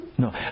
No